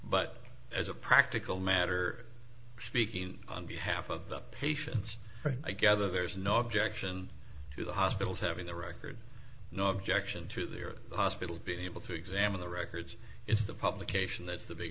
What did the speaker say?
but as a practical matter speaking on behalf of the patients i gather there's no objection to the hospitals having the record no objection to their hospital being able to examine the records it's the publication that's the big